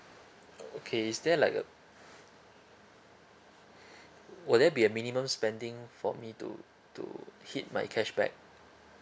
okay is there like a will there be a minimum spending for me to to hit my cashback